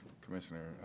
Commissioner